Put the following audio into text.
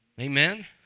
amen